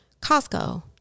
Costco